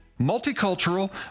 Multicultural